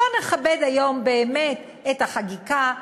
בואו נכבד היום באמת את החקיקה.